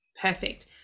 Perfect